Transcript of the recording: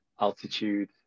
altitude